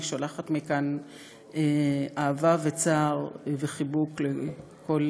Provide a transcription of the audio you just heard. אני שולחת מכאן אהבה וצער וחיבוק לכל